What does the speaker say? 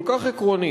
כל כך עקרונית,